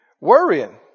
worrying